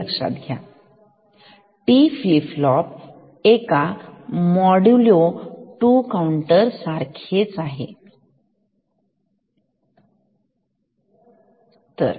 तर हे लक्षात घ्या हे T फ्लिप फ्लॉप एका मॉड्यूलो 2 काउंटर सारखेच आहे